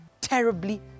terribly